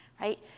right